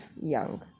young